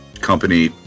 company